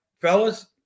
fellas